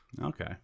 Okay